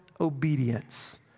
obedience